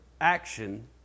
action